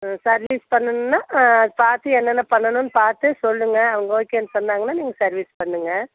ம் சர்வீஸ் பண்ணணுன்னா அது பார்த்து என்னென்ன பண்ணணுன்னு பார்த்து சொல்லுங்கள் அவங்க ஓகேன்னு சொன்னாங்கன்னா நீங்கள் சர்வீஸ் பண்ணுங்கள்